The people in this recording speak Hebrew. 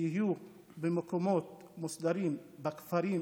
להיות במקומות מוסדרים בכפרים שלהם,